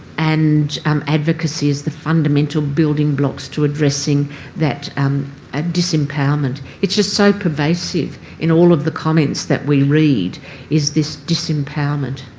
and um advocacy as the fundamental building blocks to addressing that um ah disempowerment. it's just so pervasive in all of the comments that we read is this disempowerment,